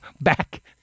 back